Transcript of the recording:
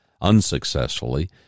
unsuccessfully